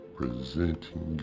presenting